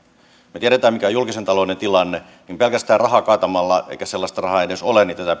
me tiedämme mikä on julkisen talouden tilanne niin pelkästään rahaa kaatamalla eikä sellaista rahaa edes ole tätä